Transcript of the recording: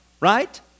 right